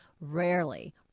rarely